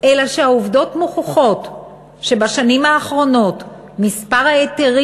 אלא שהעובדות מוכיחות שבשנים האחרונות מספר ההיתרים